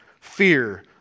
fear